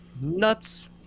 Nuts